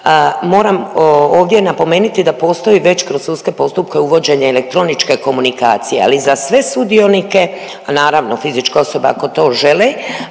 moram ovdje napomenuti da postoji već kroz sudske postupke uvođenje elektroničke komunikacije, ali za sve sudionike, a naravno fizička osoba ako to želi,